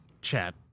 chat